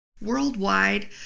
Worldwide